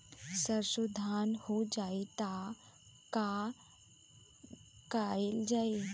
सरसो धन हो जाई त का कयील जाई?